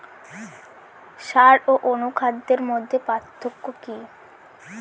সার ও অনুখাদ্যের মধ্যে পার্থক্য কি?